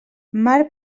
mar